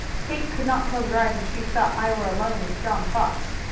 kate could not close her eyes if she thought i were alone with john fox.